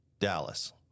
Dallas